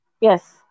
Yes